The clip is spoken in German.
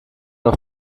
auf